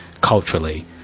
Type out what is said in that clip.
culturally